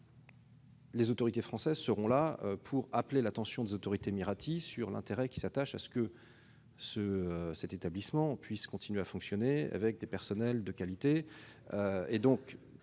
les autorités françaises ne manqueront pas d'appeler l'attention des autorités émiraties sur l'intérêt qui s'attache à ce que l'établissement puisse continuer à fonctionner avec du personnel de qualité.